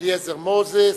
אליעזר מוזס.